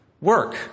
work